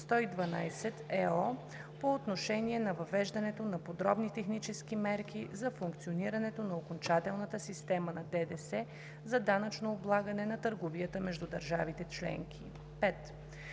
2006/112/ЕО по отношение на въвеждането на подробни технически мерки за функционирането на окончателната система на ДДС за данъчно облагане на търговията между държавите членки.